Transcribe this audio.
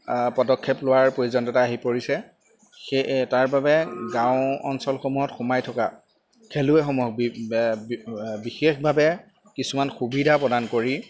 পদক্ষেপ লোৱাৰ প্ৰয়োজনতা আহি পৰিছে সেয়ে তাৰ বাবে গাঁও অঞ্চলসমূহত সোমাই থকা খেলুৱৈসমূহক বিশেষভাৱে কিছুমান সুবিধা প্ৰদান কৰি